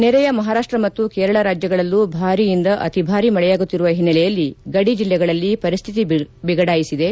ನೆರೆಯ ಮಹಾರಾಷ್ಷ ಮತ್ತು ಕೇರಳ ರಾಜ್ಯಗಳಲ್ಲೂ ಭಾರೀಯಿಂದ ಅತಿಭಾರೀ ಮಳೆಯಾಗುತ್ತಿರುವ ಹಿನ್ನೆಲೆಯಲ್ಲಿ ಗಡಿ ಜಿಲ್ಲೆಗಳಲ್ಲಿ ಪರಿಸ್ಟಿತಿ ಬಿಗಡಾಯಿಸಿದೆ